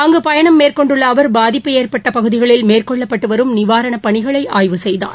அங்கு பயணம் மேற்கொண்டுள்ள அவர் பாதிப்பு ஏற்பட்ட பகுதிகளில் மேற்கொள்ளப்பட்டு வரும் நிவாரணப் பணிகளை ஆய்வு செய்தார்